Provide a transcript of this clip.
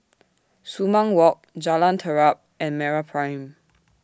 Sumang Walk Jalan Terap and Meraprime